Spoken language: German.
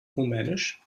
rumänisch